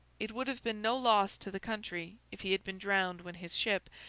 it would have been no loss to the country, if he had been drowned when his ship,